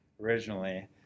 originally